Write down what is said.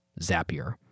Zapier